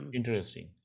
Interesting